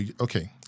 okay